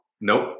Nope